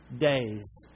days